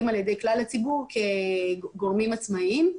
על ידי כלל הציבור כגורמים עצמאיים.